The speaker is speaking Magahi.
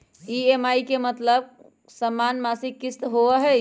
ई.एम.आई के मतलब समान मासिक किस्त होहई?